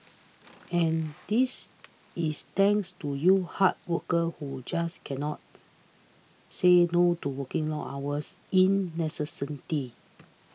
and this is thanks to you hard workers who just cannot say no to working long hours incessantly